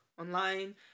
online